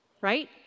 Right